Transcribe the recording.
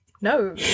No